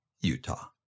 Utah